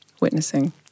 witnessing